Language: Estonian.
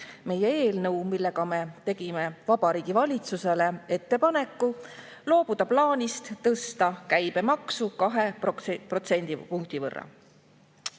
meie eelnõu, millega me teeme Vabariigi Valitsusele ettepaneku loobuda plaanist tõsta käibemaksu 2